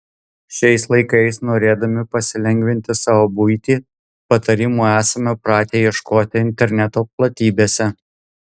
šiais laikais norėdami pasilengvinti savo buitį patarimų esame pratę ieškoti interneto platybėse